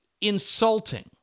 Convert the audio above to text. insulting